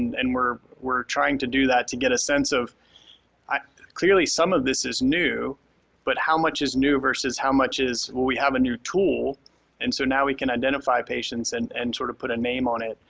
and we're we're trying to do that to get a sense of clearly clearly some of this is new but how much is new versus how much is when we have a new tool and so now we can identify patients and and sort of put a name on it.